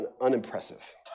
unimpressive